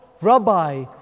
Rabbi